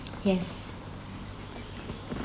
yes